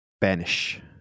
banish